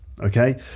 Okay